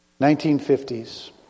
1950s